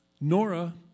Nora